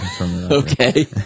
Okay